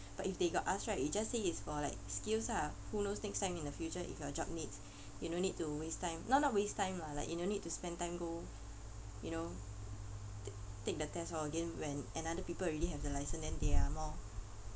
but if they got ask right you just say it's for like skills ah who knows next time in the future if your job needs you no need to waste time no no not waste time lah like you no need spend time go you know take the test hor again when another people already have the license then they are more